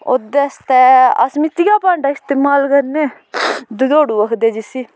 ओह्दे आस्तै अस मिट्टिया भाडां इस्तेमाल करने दद्धोडु आखदे जिसी